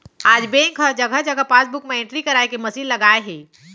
आज बेंक ह जघा जघा पासबूक म एंटरी कराए के मसीन लगाए हे